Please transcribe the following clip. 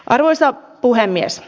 arvoisa puhemies